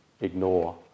ignore